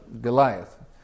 Goliath